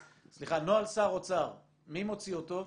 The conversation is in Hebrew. נוהל שר אוצר, מי מוציא אותו?